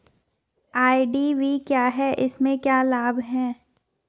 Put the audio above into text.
IDV क्या है इसमें क्या लाभ है?